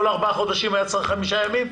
כל ארבעה חודשים היה צריך חמישה ימים.